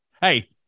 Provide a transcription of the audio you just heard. Hey